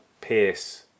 Pierce